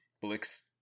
Blix